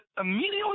immediately